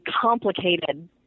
complicated